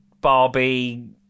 Barbie